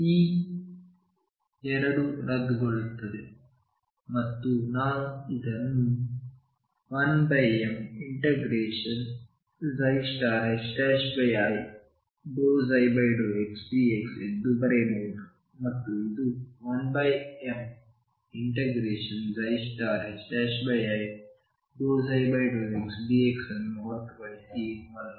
ಈ ಎರಡು ರದ್ದುಗೊಳ್ಳುತ್ತದೆ ಮತ್ತು ನಾನು ಇದನ್ನು 1mi ∂ψ∂xdx ಎಂದು ಬರೆಯಬಹುದು ಮತ್ತು ಇದು 1mi ∂ψ∂xdx ಅನ್ನು ಹೊರತುಪಡಿಸಿ ಏನೂ ಅಲ್ಲ